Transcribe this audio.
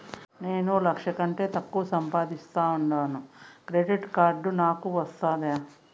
నేను లక్ష కంటే తక్కువ సంపాదిస్తా ఉండాను క్రెడిట్ కార్డు నాకు వస్తాదా